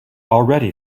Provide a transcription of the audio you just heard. already